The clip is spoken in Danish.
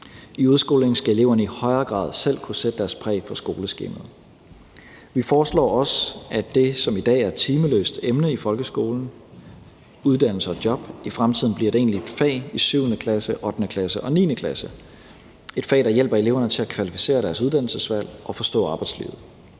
I udskolingen skal eleverne i højere grad selv kunne sætte deres præg på skoleskemaet. Vi foreslår også, at det, som i dag er et timeløst emne i folkeskolen, nemlig uddannelse og job, i fremtiden bliver et egentligt fag i 7. klasse, 8. klasse og 9. klasse – et fag, der hjælper eleverne til at kvalificere deres uddannelsesvalg og forstå arbejdslivet.